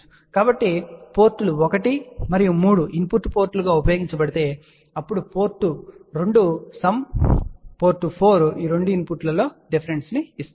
కాబట్టి పోర్టులు 1 మరియు 3 ఇన్పుట్ పోర్టులుగా ఉపయోగించబడితే అప్పుడు పోర్ట్ 2 సమ్ మరియు పోర్ట్ 4 ఈ 2 ఇన్పుట్లలో డిఫరెన్స్ ను ఇస్తుంది